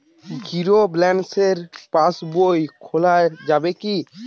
Zero balance pass বই খোলা যাবে কি?